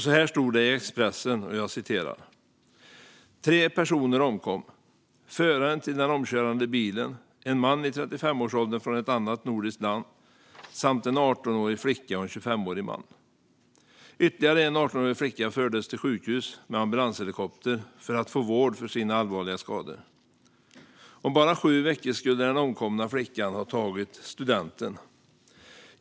Så här stod det i Expressen: "Tre personer omkom - föraren till den omkörande bilen, en man i 35-årsåldern från ett annat nordiskt land, samt en 18-årig flicka och en 25-årig man. Ytterligare en 18-årig flicka fördes till sjukhus med ambulanshelikopter för att få vård för sina allvarliga skador. Om bara sju veckor skulle den omkomna flickan ha tagit studenten.